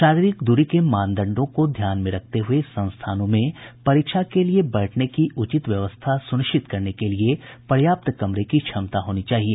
शारीरिक दूरी के मानदंडों को ध्यान में रखते हुए संस्थानों में परीक्षा के लिए बैठने की उचित व्यवस्था सुनिश्चित करने के लिए पर्याप्त कमरे की क्षमता होनी चाहिए